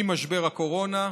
ממשבר הקורונה,